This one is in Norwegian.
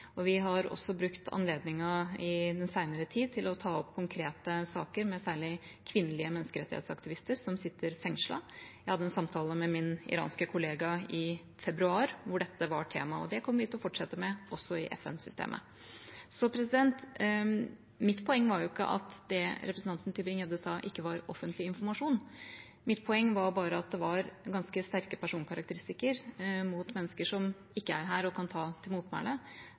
og vi har også brukt anledningen i den senere tid til å ta opp konkrete saker med særlig kvinnelige menneskerettighetsaktivister som sitter fengslet. Jeg hadde en samtale med min iranske kollega i februar hvor dette var tema, og det kommer vi til å fortsette med også i FN-systemet. Mitt poeng var ikke at det representanten Tybring-Gjedde sa, ikke var offentlig informasjon. Mitt poeng var bare at det var ganske sterke personkarakteristikker mot mennesker som ikke er her og kan ta til motmæle.